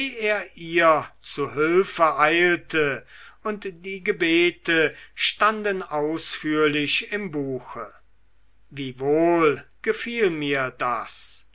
er ihr zu hülfe eilte und die gebete standen ausführlich im buche wie wohl gefiel mir das